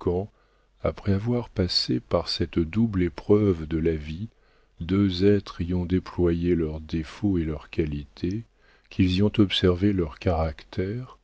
quand après avoir passé par cette double épreuve de la vie deux êtres y ont déployé leurs défauts et leurs qualités qu'ils y ont observé leurs caractères